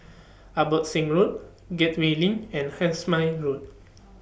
Abbotsingh Road Gateway LINK and Road